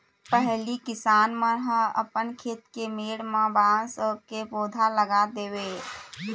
पहिली किसान मन ह अपन खेत के मेड़ म बांस के पउधा लगा देवय